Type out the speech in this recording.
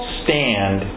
stand